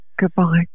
Goodbye